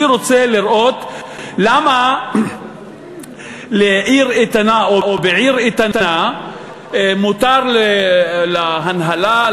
אני רוצה לראות למה בעיר איתנה מותר להנהלה,